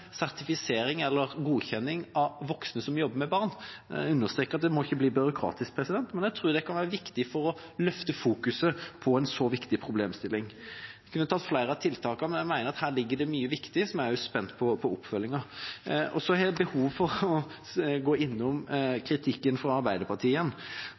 sertifisering eller godkjenning av voksne som jobber med barn? Jeg understreker at det ikke må bli byråkratisk, men jeg tror det kan være viktig for å løfte fokuset på en så viktig problemstilling. Jeg mener at det her ligger mye viktig som jeg er spent på oppfølgingen av. Så har jeg behov for å